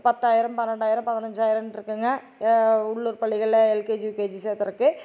பத்தாயிரம் பன்னெரெண்டாயிரம் பதினஞ்சாயிரன்ருக்குங்க உள்ளுர் பள்ளிகளில் எல்கேஜி யுகேஜி சேர்த்துறக்கு